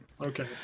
Okay